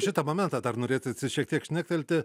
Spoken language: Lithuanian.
šitą momentą dar norėtųsi šiek tiek šnektelti